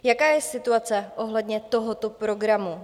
Jaká je situace ohledně tohoto programu?